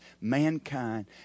mankind